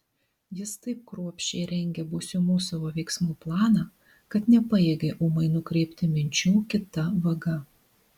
jis taip kruopščiai rengė būsimų savo veiksmų planą kad nepajėgė ūmai nukreipti minčių kita vaga